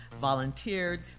volunteered